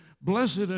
Blessed